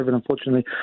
unfortunately